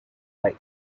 life